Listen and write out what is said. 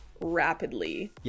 rapidly